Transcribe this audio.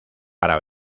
para